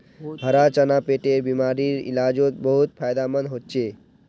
हरा चना पेटेर बिमारीर इलाजोत बहुत फायदामंद होचे